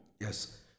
Yes